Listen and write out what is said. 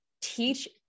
teach